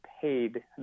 paid